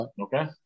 Okay